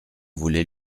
voulait